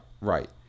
right